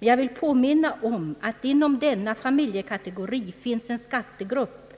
Men jag vill påminna om att inom familjekategorin finns en skattegrupp,